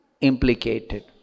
implicated